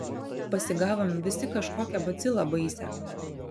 pasigavom visi kažkokią bacilą baisią